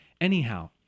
Anyhow